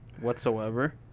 whatsoever